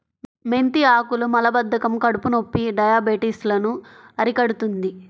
మెంతి ఆకులు మలబద్ధకం, కడుపునొప్పి, డయాబెటిస్ లను అరికడుతుంది